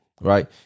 right